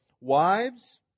wives